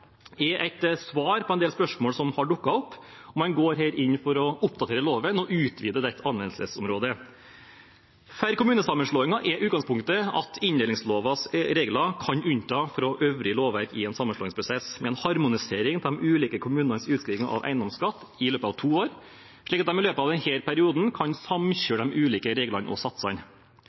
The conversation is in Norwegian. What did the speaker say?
er et svar på en del spørsmål som har dukket opp. Man går her inn for å oppdatere loven og utvide anvendelsesområdet. For kommunesammenslåinger er utgangspunktet at inndelingslovens regler kan unntas fra øvrig lovverk i en sammenslåingsprosess med en harmonisering av de ulike kommunenes utskriving av eiendomsskatt i løpet av to år, slik at de i løpet av denne perioden kan samkjøre de ulike reglene og satsene.